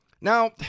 Now